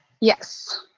Yes